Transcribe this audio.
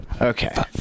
okay